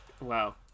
Wow